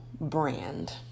brand